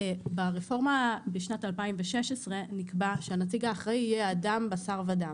ברפורמה בשנת 2016 נקבע שהנציג האחראי יהיה אדם בשר ודם,